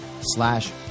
slash